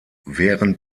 während